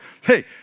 hey